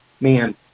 Man